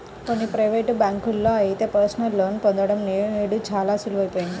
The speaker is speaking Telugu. కొన్ని ప్రైవేటు బ్యాంకుల్లో అయితే పర్సనల్ లోన్ పొందడం నేడు చాలా సులువయిపోయింది